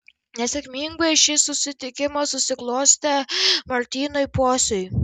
nesėkmingai šis susitikimas susiklostė martynui pociui